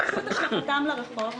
פשוט השלכתם לרחוב.